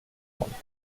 montes